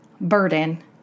burden